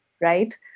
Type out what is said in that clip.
right